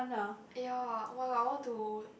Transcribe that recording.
ya !wow! I want to